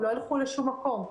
הם לא ילכו לשום מקום.